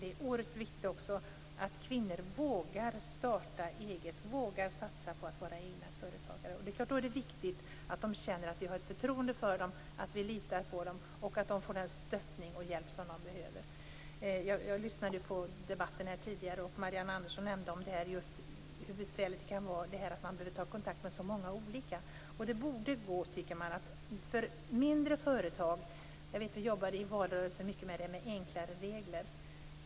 Det är också oerhört viktigt att kvinnor vågar starta eget, att de vågar satsa på att vara egna företagare. Det är då viktigt att de känner att vi har ett förtroende för dem, att vi litar på dem och att de får den stöttning och hjälp som de behöver. Jag lyssnade på debatten här tidigare. Marianne Andersson nämnde hur besvärligt det kan vara att man behöver ta kontakt med så många olika. I valrörelsen jobbade vi mycket med detta med enklare regler.